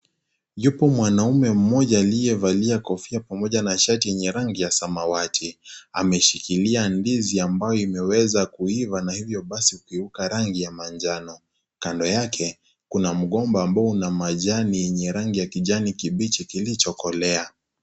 Yupo mwanaume mmoja aliyevalia kofia pamoja na shati lenye rangi ya samawati ameshikilia ndizi ambayo imeweza kuiva na hivyo basi kugeuka rangi ya manjano kando yake kuna mgomba ambao una majani yenye rangi kijani kibichi kilichokolea.